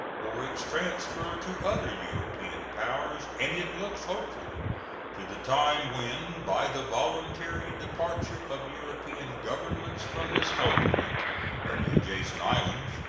or its transfer to other european powers, and it looks hopefully to the time when, by the voluntary departure of european governments from this continent and the adjacent islands,